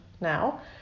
now